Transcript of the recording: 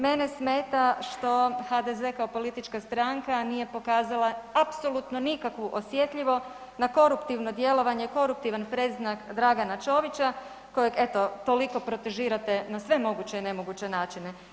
Mene smeta što HDZ kao politička stranka nije pokazala apsolutno nikakvu osjetljivost na koruptivno djelovanje, koruptivan predznak Dragana Ćovića kojeg eto toliko protežirate na sve moguće i nemoguće načine.